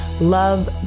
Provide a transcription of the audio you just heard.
love